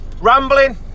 Rambling